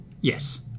Yes